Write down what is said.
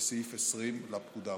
בסעיף 20 לפקודה.